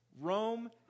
Rome